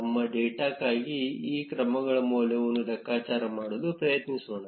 ನಮ್ಮ ಡೇಟಾಕ್ಕಾಗಿ ಈ ಕ್ರಮಗಳ ಮೌಲ್ಯವನ್ನು ಲೆಕ್ಕಾಚಾರ ಮಾಡಲು ಪ್ರಯತ್ನಿಸೋಣ